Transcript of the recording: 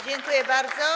Dziękuję bardzo.